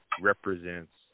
represents